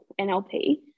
NLP